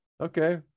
okay